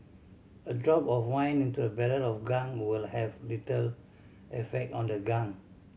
a drop of wine into a barrel of gunk will have little effect on the gunk